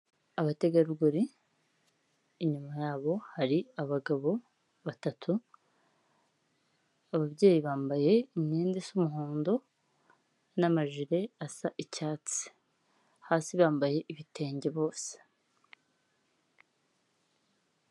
Abategarugori, inyuma yabo hari abagabo batatu, ababyeyi bambaye imyenda isa umuhondo, n'amajire asa icyatsi. Hasi bambaye ibitenge bose.